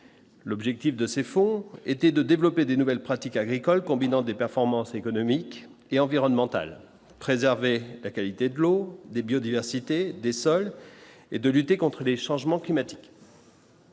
l'objectif de ces fonds était de développer des nouvelles pratiques agricoles combinant des performances économiques et environnementales préserver la qualité de l'eau de biodiversité des sols et de lutter contre les changements climatiques.